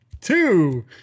two